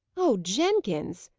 oh, jenkins!